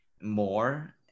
more